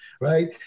right